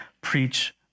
preach